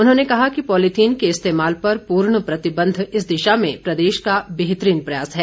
उन्होंने कहा कि पॉलीथीन के इस्तेमाल पर पूर्ण प्रतिबंध इस दिशा में प्रदेश का बेहतरीन प्रयास है